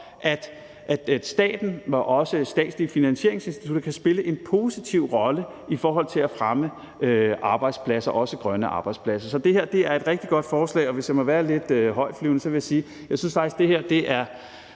at staten også med statslige investeringsinstitutter kan spille en positiv rolle i forhold til at fremme arbejdspladser, også grønne arbejdspladser. Så det her er et rigtig godt forslag, og hvis jeg må være lidt højtflyvende, vil jeg sige, at der er mange dårlige